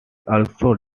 also